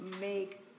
make